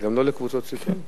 גם לא לקבוצות סיכון?